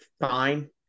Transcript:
fine